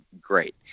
great